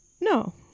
no